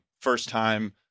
first-time